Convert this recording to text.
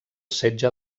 setge